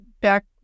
back